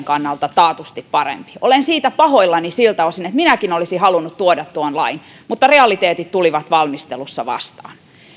kannalta taatusti parempi olen siitä pahoillani siltä osin että minäkin olisin halunnut tuoda tuon lain mutta realiteetit tulivat valmistelussa vastaan